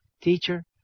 Teacher